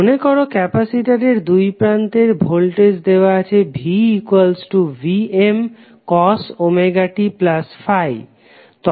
মনেকর ক্যাপাসিটরের দুই প্রান্তের ভোল্টেজ দেওয়া আছে vVmcos ωt∅